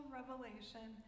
revelation